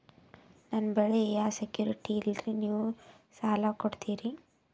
ನನ್ನ ಬಳಿ ಯಾ ಸೆಕ್ಯುರಿಟಿ ಇಲ್ರಿ ನೀವು ಸಾಲ ಕೊಡ್ತೀರಿ?